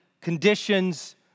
conditions